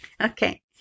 Okay